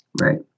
Right